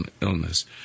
illness